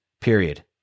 period